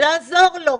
לעזור לו.